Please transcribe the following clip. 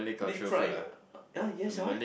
deep fried yea yea yes ah why